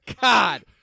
God